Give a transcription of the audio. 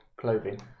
clothing